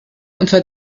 unter